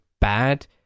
bad